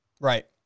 Right